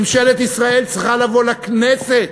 ממשלת ישראל צריכה לבוא לכנסת